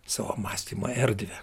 savo mąstymo erdvę